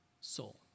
soul